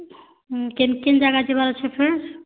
କେନ୍ କେନ୍ ଯାଗା ଯିବାର୍ ଅଛେ ଫେର୍